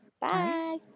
Bye